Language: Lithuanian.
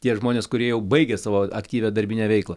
tie žmonės kurie jau baigė savo aktyvią darbinę veiklą